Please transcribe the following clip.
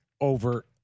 over